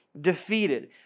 defeated